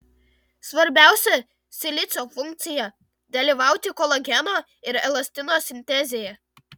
svarbiausia silicio funkcija dalyvauti kolageno ir elastino sintezėje